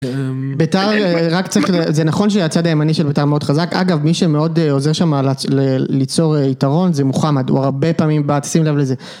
זה נכון שהצד הימני של בית"ר מאוד חזק, אגב מי שמאוד עוזר שם ליצור יתרון זה מוחמד, הוא הרבה פעמים בעט, שים לב לזה